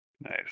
Nice